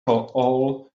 all